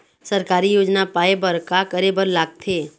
सरकारी योजना पाए बर का करे बर लागथे?